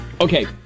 Okay